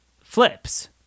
flips